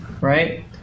Right